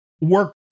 work